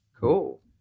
Cool